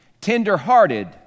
tender-hearted